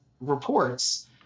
reports